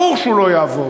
ברור שהוא לא יעבור,